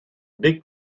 big